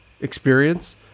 experience